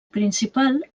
principal